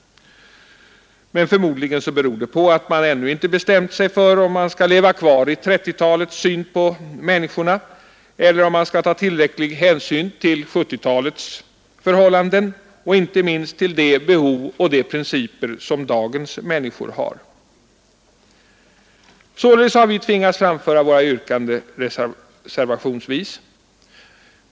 Förmodligen beror det på att man ännu inte bestämt sig för om man skall leva kvar i 1930-talets syn på människorna, eller om man skall ta tillräcklig hänsyn till 1970-talets förhållanden och inte minst till de behov och de principer som dagens människor har. Således har vi tvingats framföra våra yrkanden reservationsvis.